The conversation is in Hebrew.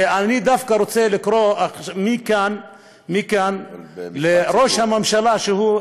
ואני דווקא רוצה לקרוא מכאן לראש הממשלה, שהוא,